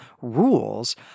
rules